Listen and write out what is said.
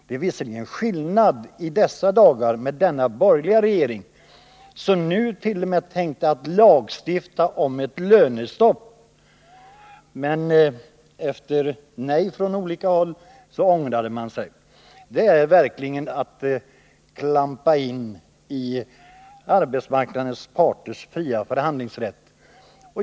Det är skillnad i dessa dagar med en borgerlig regering somt.o.m. hade tänkt lagstifta om ett lönestopp— men efter nej från olika håll ångrade man sig. Det hade verkligen varit att klampa in i arbetsmarknadens parters fria förhandlingsrätt.